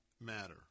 matter